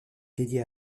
dédiée